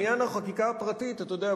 אדוני השר, לעניין החקיקה הפרטית, אתה יודע?